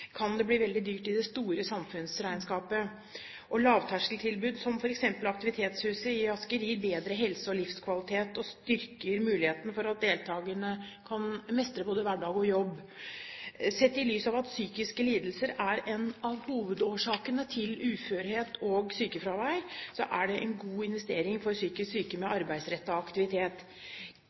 kan det bli veldig dyrt i det store samfunnsregnskapet. Lavterskeltilbud, som f.eks. Aktivitetshuset i Asker, gir bedre helse og livskvalitet og styrker muligheten for at deltakerne kan mestre både hverdag og jobb. Sett i lys av at psykiske lidelser er en av hovedårsakene til uførhet og sykefravær, er det en god investering for psykisk syke med arbeidsrettet aktivitet.